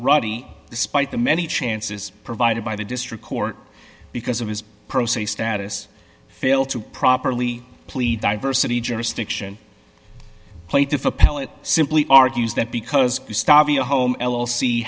ruddy despite the many chances provided by the district court because of his pro se status failed to properly plead diversity jurisdiction plaintiff appellate simply argues that because you stop your home l